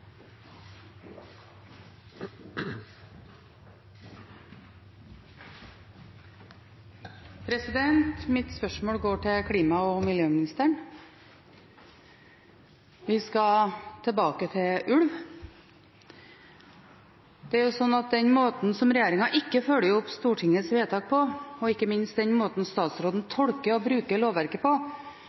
Mitt spørsmål går til klima- og miljøministeren. Vi skal tilbake til ulv. Det er slik at den måten som regjeringen ikke følger opp Stortingets vedtak på, og ikke minst den måten statsråden tolker og bruker lovverket på